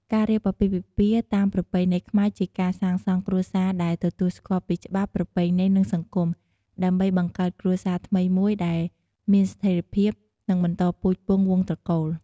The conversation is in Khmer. ការរៀបអាពាហ៍ពិពាហ៍តាមប្រពៃណីខ្មែរជាការសាងសង់គ្រួសារដែលទទួលស្គាល់ពីច្បាប់ ប្រពៃណី និងសង្គម ដើម្បីបង្កើតគ្រួសារថ្មីមួយដែល មានស្ថេរភាព និងបន្តពូជពង្សវង្សត្រកូល។